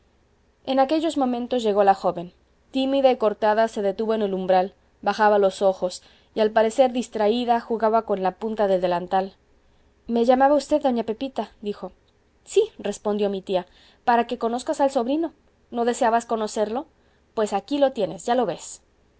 en aquellos momentos llegó la joven tímida y cortada se detuvo en el umbral bajaba los ojos y al parecer distraída jugaba con la punta del delantal me llamaba usted doña pepita dijo sí respondió mi tía para que conozcas al sobrino no deseabas conocerlo pues aquí lo tienes ya lo ves